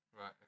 Right